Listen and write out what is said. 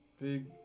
Big